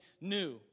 new